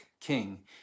king